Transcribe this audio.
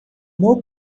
more